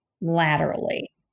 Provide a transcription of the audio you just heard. laterally